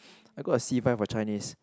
I got a C five for Chinese